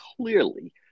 clearly